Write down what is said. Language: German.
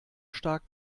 stark